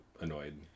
annoyed